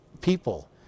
people